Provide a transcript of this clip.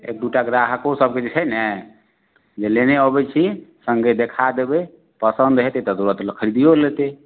एक दुइ टा ग्राहको सभकेँ जे छै ने जे लेने अबै छी सङ्गे देखा देबै पसन्द हेतै तऽ तुरन्तमे खरीदिओ लेतै